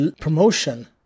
promotion